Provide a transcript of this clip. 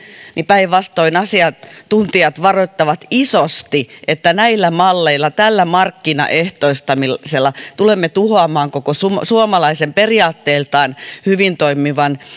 päinvastoin asiantuntijat varoittavat isosti että näillä malleilla tällä markkinaehtoistamisella tulemme tuhoamaan koko suomalaisen periaatteiltaan hyvin toimivan